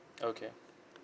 okay